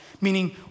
meaning